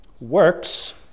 works